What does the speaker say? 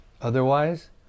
otherwise